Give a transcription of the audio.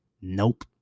Nope